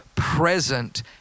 present